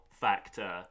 factor